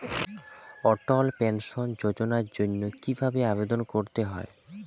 অটল pension যোজনার জন্য কি ভাবে আবেদন করতে হয়?